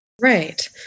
Right